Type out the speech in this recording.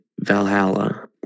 Valhalla